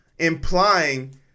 Implying